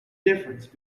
difference